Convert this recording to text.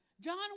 John